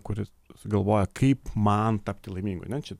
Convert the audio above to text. kuris sugalvoja kaip man tapti laimingu ne čia